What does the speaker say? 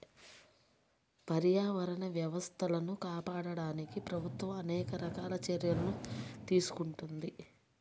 పర్యావరణ వ్యవస్థలను కాపాడడానికి ప్రభుత్వం అనేక రకాల చర్యలను తీసుకుంటున్నది